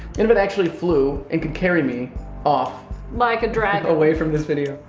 if it actually flew and could carry me off like a dragon. away from this video.